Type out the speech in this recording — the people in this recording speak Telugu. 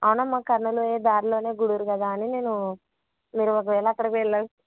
అవునా మా కర్నూలు పోయే దారిలోనే గూడూరు కదా అని నేను మీరు ఒకవేళ అక్కడికి వెళ్ళ